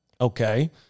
Okay